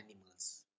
animals